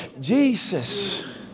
Jesus